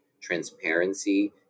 transparency